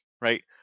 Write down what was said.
right